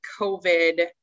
COVID